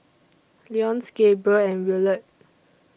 Leonce Gabriel and Willard